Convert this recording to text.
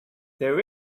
there